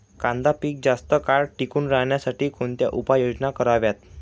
कांदा पीक जास्त काळ टिकून राहण्यासाठी कोणत्या उपाययोजना कराव्यात?